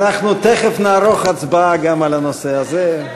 אנחנו תכף נערוך הצבעה גם על הנושא הזה.